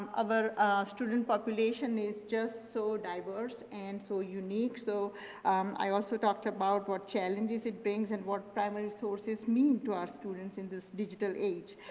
other student population is just so diverse and so ah unique. so i also talked about what challenges it brings and what primary sources mean to our students in this digital age.